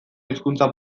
hizkuntza